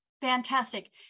fantastic